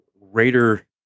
raider